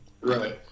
right